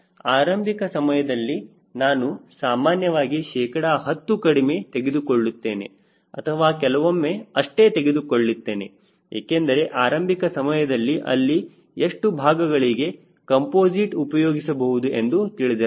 ಆರಂಭಿಕ ಸಮಯದಲ್ಲಿ ನಾನು ಸಾಮಾನ್ಯವಾಗಿ ಶೇಕಡ 10 ಕಡಿಮೆ ತೆಗೆದುಕೊಳ್ಳುತ್ತೇನೆ ಅಥವಾ ಕೆಲವೊಮ್ಮೆ ಅಷ್ಟೇ ತೆಗೆದುಕೊಳ್ಳುತ್ತೇನೆ ಏಕೆಂದರೆ ಆರಂಭಿಕ ಸಮಯದಲ್ಲಿ ಅಲ್ಲಿ ಎಷ್ಟು ಭಾಗಗಳಿಗೆ ಕಂಪೋಸಿಟ್ ಉಪಯೋಗಿಸಬಹುದು ಎಂದು ತಿಳಿದಿರಲ್ಲ